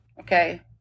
okay